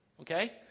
Okay